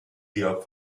georg